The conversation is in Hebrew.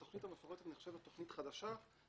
התכנית המפורטת נחשבת תכנית חדשה,